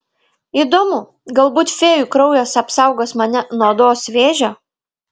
įdomu galbūt fėjų kraujas apsaugos mane nuo odos vėžio